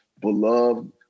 beloved